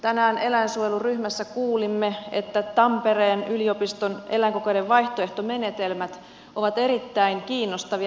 tänään eläinsuojeluryhmässä kuulimme että tampereen yliopiston eläinkokeiden vaihtoehtomenetelmät ovat erittäin kiinnostavia maailmalla